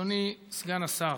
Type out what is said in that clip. אדוני סגן השר,